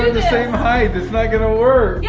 the same height. it's not gonna work. yeah,